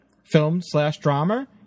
Film-slash-drama